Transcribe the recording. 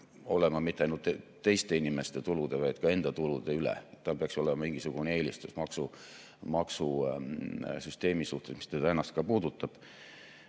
olema mitte ainult teiste inimeste tulude, vaid ka tema enda tulude üle. Tal peaks olema mingisugune eelistus maksusüsteemi suhtes, mis ka teda ennast puudutab.